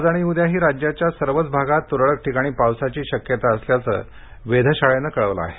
आज आणि उद्याही राज्याच्या सर्वच भागात तुरळक ठिकाणी पावसाची शक्यता असल्याचं वेधशाळेनं कळवलं आहे